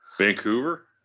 Vancouver